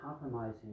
compromising